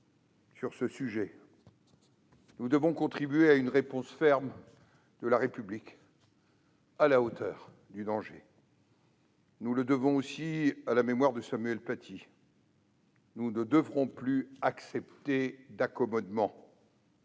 sur ce sujet, nous devons contribuer à une réponse ferme de la République, à la hauteur du danger. Nous le devons aussi à la mémoire de Samuel Paty. Nous ne devrons plus accepter d'accommodements